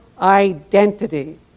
identity